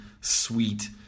sweet